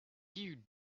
you